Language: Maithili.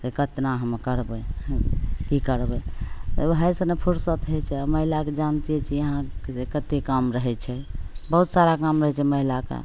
जे कतना हम करबै कि करबै वएहसे नहि फुरसति होइ छै महिलाके जानिते छिए अहाँ जे कतेक काम रहै छै बहुत सारा काम रहै छै महिलाके